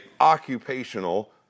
occupational